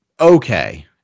okay